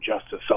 justice